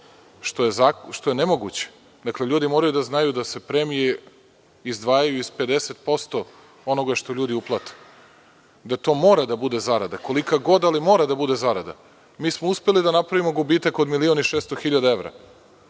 što je nemoguće, dakle, ljudi moraju da znaju da se premije izdvajaju iz 50% onoga što ljudi uplate? Da to mora da bude zarada, kolika god, ali mora da bude zarada. Mi smo uspeli da napravimo gubitak od 1.600.000 evra.